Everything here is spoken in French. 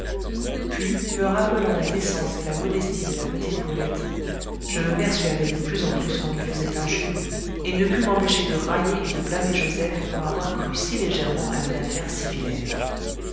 puis me rappelant la décence et la modestie de la petite brulette je me persuadai de plus en plus qu'on lui faisait injure et ne pus m'empêcher de railler et de blâmer joseph pour avoir cru si légèrement à une affaire